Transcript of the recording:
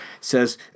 says